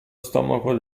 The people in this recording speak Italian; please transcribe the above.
stomaco